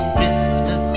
Christmas